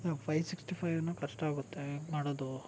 ಇವಾಗ five sixty ಫೈವುನು ಕಷ್ಟ ಆಗುತ್ತೆ ಹೆಂಗ್ ಮಾಡೋದು